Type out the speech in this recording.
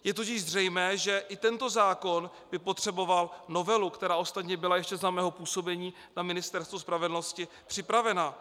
Je totiž zřejmé, že i tento zákon by potřeboval novelu, která ostatně byla ještě za mého působení na Ministerstvu spravedlnosti připravena.